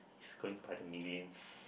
it's going by the millions